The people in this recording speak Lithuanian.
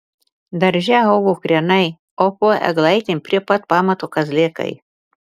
darže augo krienai o po eglaitėm prie pat pamato kazlėkai